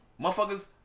Motherfuckers